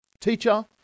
Teacher